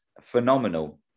phenomenal